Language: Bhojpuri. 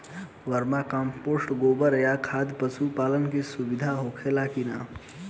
वर्मी कंपोस्ट गोबर खाद खातिर पशु पालन में सुधार होला कि न?